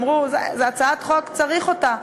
אמרו: זו הצעת חוק שצריך אותה,